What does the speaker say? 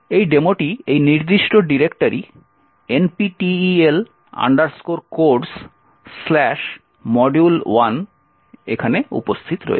সুতরাং ডেমোটি এই নির্দিষ্ট ডিরেক্টরি nptel codes module1 এ উপস্থিত রয়েছে